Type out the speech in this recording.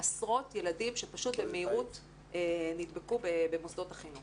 עשרות ילדים שפשוט במהירות נדבקו במוסדות החינוך